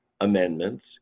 amendments